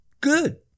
Good